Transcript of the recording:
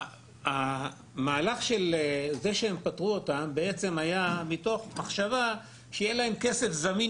המהלך לפטור אותם היה מתוך מחשבה שיהיה להם כסף זמין